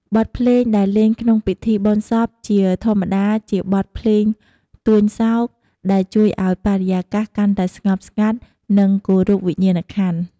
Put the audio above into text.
បទភ្លេងដែលលេងក្នុងពិធីបុណ្យសព ជាធម្មតាជាបទភ្លេងទួញសោក ដែលជួយឱ្យបរិយាកាសកាន់តែស្ងប់ស្ងាត់ និងគោរពវិញ្ញាណក្ខន្ធ។